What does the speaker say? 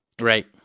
right